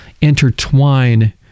intertwine